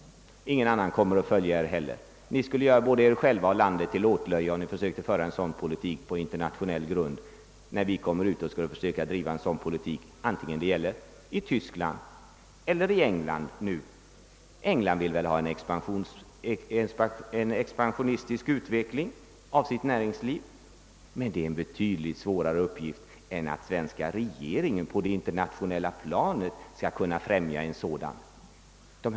Ingen annan skulle heller följa era rekommendationer. Ni skulle göra både er själva och landet till åtlöje, om ni försökte föra en sådan politik på det internationella planet antingen den nu skulle gälla Tyskland eller England. England önskar väl en expansionistisk utveckling av sitt näringsliv, men att åstadkomma det är en alltför svår uppgift för att den svenska regeringen på det internationella planet skall kunna göra något för att främja den.